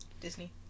Disney